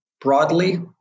broadly